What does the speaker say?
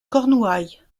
cornouaille